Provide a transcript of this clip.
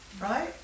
right